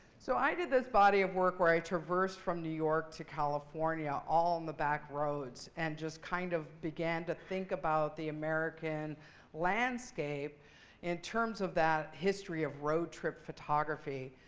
so i did this body of work where i traversed from new york to california all on the back roads and just kind of began to think about the american landscape in terms of that history of road trip photography.